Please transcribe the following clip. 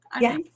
Yes